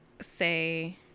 say